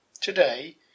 Today